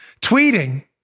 tweeting